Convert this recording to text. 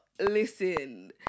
listen